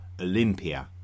Olympia